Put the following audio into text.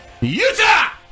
Utah